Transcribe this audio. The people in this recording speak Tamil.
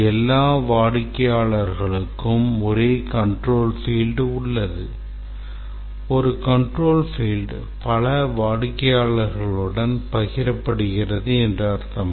எல்லா வாடிக்கையாளர்களுக்கும் ஒரே control field உள்ளது ஒரு control field பல வாடிக்கையாளர்களுடன் பகிரப்படுகிறது என்று அர்த்தமா